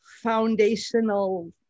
foundational